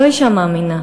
לא אישה מאמינה,